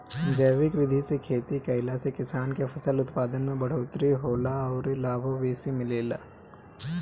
जैविक विधि से खेती कईला से किसान के फसल उत्पादन में बढ़ोतरी होला अउरी लाभो बेसी मिलेला